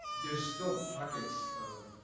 there's still pockets of,